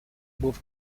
both